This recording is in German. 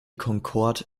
concorde